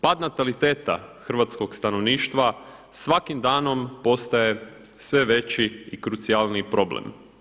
Pad nataliteta hrvatskog stanovništva svakim danom postaje sve veći i krucijalniji problem.